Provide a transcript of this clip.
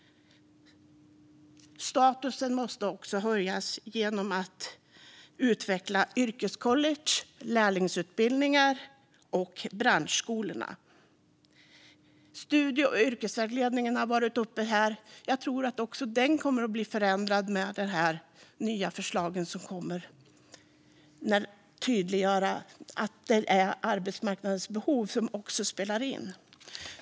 Statusen måste också höjas genom att utveckla yrkescollege, lärlingsutbildningar och branschskolor. Frågor om studie och yrkesvägledningen har varit uppe. Jag tror att även den kommer att förändras med de nya förslagen, det vill säga göra tydligt att arbetsmarknadens behov också spelar in.